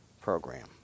program